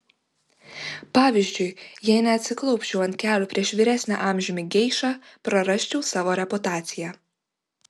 pavyzdžiui jei neatsiklaupčiau ant kelių prieš vyresnę amžiumi geišą prarasčiau savo reputaciją